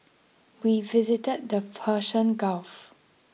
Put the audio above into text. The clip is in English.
we visited the Persian Gulf